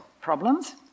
problems